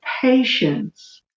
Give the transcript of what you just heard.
patience